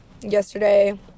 yesterday